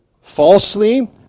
falsely